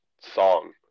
Song